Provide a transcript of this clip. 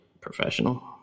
professional